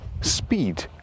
speed